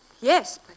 Yes